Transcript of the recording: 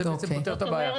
זה פותר את הבעיה.